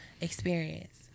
experience